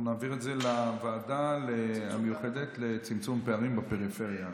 אנחנו נעביר את זה לוועדה המיוחדת לצמצום פערים בפריפריה.